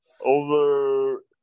over